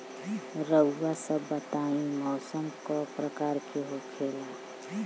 रउआ सभ बताई मौसम क प्रकार के होखेला?